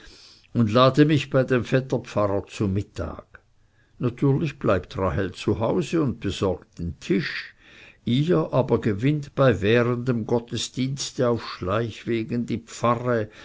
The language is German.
heide und lade mich bei dem vetter pfarrer zu mittag natürlich bleibt rahel zu hause und besorgt den tisch ihr aber gewinnt bei währendem gottesdienste auf schleichwegen die pfarre